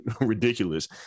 ridiculous